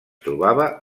trobava